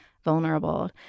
vulnerable